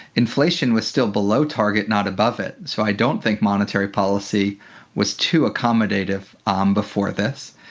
inflation was still below target, not above it. so i don't think monetary policy was too accommodative um before this.